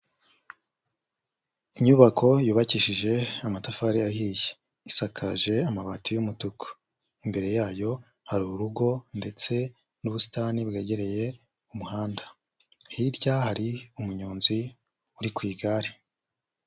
Inyubako yubakishije amatafari ahiye, isakaje amabati y'umutuku, imbere yayo hari urugo ndetse n'ubusitani bwegereye umuhanda, hirya hari umunyonzi uri ku igare.